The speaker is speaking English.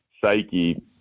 psyche